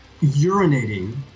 urinating